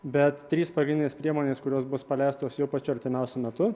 bet trys pagrindinės priemonės kurios bus paleistos jau pačiu artimiausiu metu